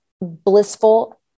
blissful